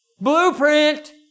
blueprint